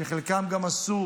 שחלקם גם עשו